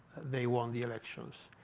they won the elections.